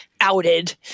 outed